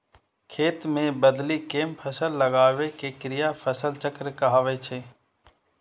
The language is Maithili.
खेत मे बदलि कें फसल लगाबै के क्रिया फसल चक्र कहाबै छै